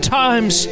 times